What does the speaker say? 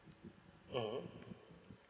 mmhmm